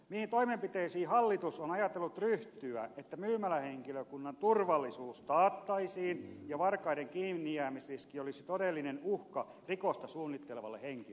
mihin toimenpiteisiin hallitus on ajatellut ryhtyä että myymälähenkilökunnan turvallisuus taattaisiin ja varkaiden kiinnijäämisriski olisi todellinen uhka rikosta suunnittelevalle henkilölle